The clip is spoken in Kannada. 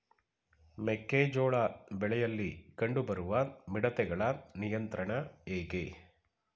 ಮೆಕ್ಕೆ ಜೋಳ ಬೆಳೆಯಲ್ಲಿ ಕಂಡು ಬರುವ ಮಿಡತೆಗಳ ನಿಯಂತ್ರಣ ಹೇಗೆ?